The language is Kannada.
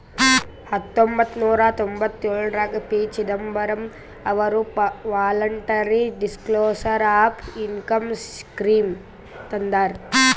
ಹತೊಂಬತ್ತ ನೂರಾ ತೊಂಭತ್ತಯೋಳ್ರಾಗ ಪಿ.ಚಿದಂಬರಂ ಅವರು voluntary disclosure of income scheme ತಂದಾರ